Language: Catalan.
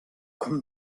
com